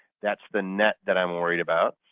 that's the net that i'm worried about.